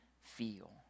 feel